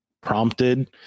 prompted